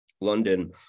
London